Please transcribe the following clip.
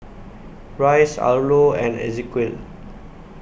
Rice Arlo and Ezequiel